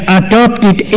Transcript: adopted